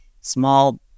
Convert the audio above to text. small